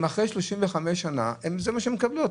אחרי 35 שנים, זה מה שהן מקבלות.